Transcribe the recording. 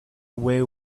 away